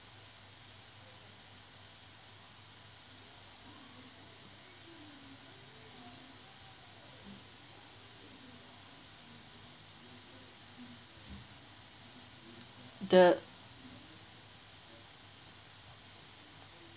the